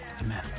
Amen